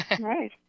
Right